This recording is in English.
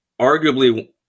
arguably